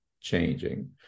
changing